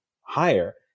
higher